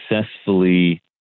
successfully